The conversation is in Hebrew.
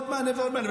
ועוד מענה ועוד מענה.